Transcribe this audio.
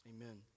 Amen